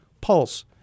pulse